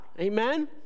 Amen